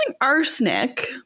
arsenic